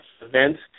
events